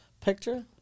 picture